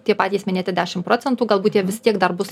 tie patys minėti dešim procentų galbūt jie vis tiek dar bus